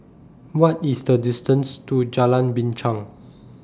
What IS The distance to Jalan Binchang